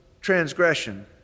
transgression